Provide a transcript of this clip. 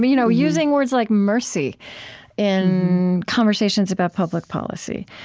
you know using words like mercy in conversations about public policy.